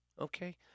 okay